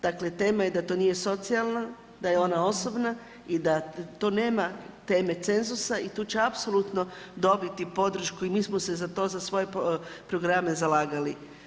Dakle, tema je da to nije socijalno, da je ona osobna i da to nema teme cenzusa i tu će apsolutno dobiti podršku i mi smo se za to, za svoje programe zalagali.